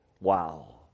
Wow